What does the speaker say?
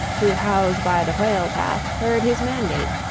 who house by the whale-path, heard his mandate,